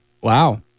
Wow